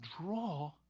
draw